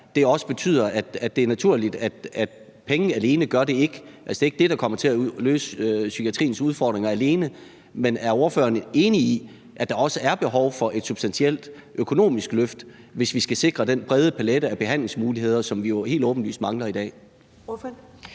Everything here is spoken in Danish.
at pengene alene ikke gør det. Det er ikke det, der kommer til at løse psykiatriens udfordringer alene. Men er ordføreren enig i, at der også er behov for et substantielt økonomisk løft, hvis vi skal sikre den brede palet af behandlingsmuligheder, som vi jo helt åbenlyst mangler i dag?